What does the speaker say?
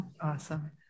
awesome